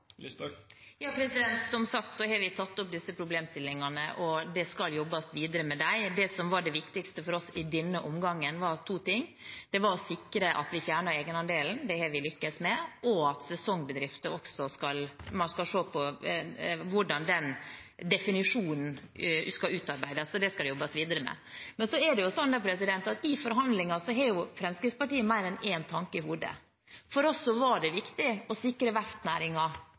Som sagt har vi tatt opp disse problemstillingene, og det skal jobbes videre med dem. Det som var det viktigste for oss i denne omgangen, var to ting: Det var å sikre at vi fjernet egenandelen, det har vi lyktes med, og at man skal se på hvordan definisjonen for sesongbedrifter skal utarbeides. Det skal det jobbes videre med. Så er det sånn at i forhandlinger har Fremskrittspartiet mer enn én tanke i hodet. For oss var det viktig å sikre